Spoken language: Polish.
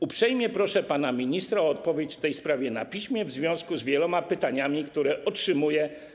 Uprzejmie proszę pana ministra o odpowiedź w tej sprawie na piśmie w związku z wieloma pytaniami, które otrzymuję.